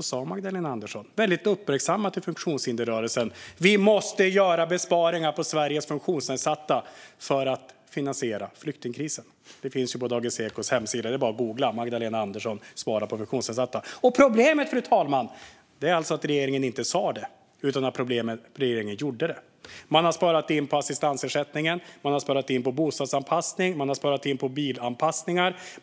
sa Magdalena Andersson något till funktionshindersrörelsen som blev väldigt uppmärksammat: Vi måste göra besparingar på Sveriges funktionsnedsatta för att finansiera flyktingkrisen. Detta finns på Ekots hemsida; det är bara att googla på "Magdalena Andersson svarar funktionsnedsatta". Fru talman! Problemet är inte att regeringen sa det utan att regeringen gjorde det. Man har sparat in på assistansersättning, bostadsanpassning och bilanpassning.